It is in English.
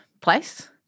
place